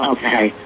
Okay